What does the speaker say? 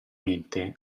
mente